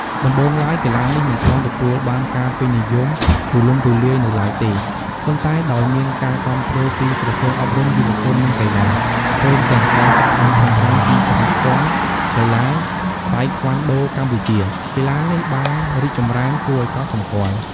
ដំបូងឡើយ កីឡានេះមិនទាន់ទទួលបានការពេញនិយមទូលំទូលាយនៅឡើយទេ ប៉ុន្តែដោយមានការគាំទ្រពីក្រសួងអប់រំ យុវជន និងកីឡា ព្រមទាំងការខិតខំប្រឹងប្រែងពីសហព័ន្ធកីឡាតៃក្វាន់ដូកម្ពុជា កីឡានេះបានរីកចម្រើនគួរឱ្យកត់សម្គាល់។